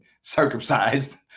circumcised